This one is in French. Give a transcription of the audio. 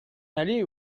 aller